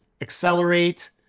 accelerate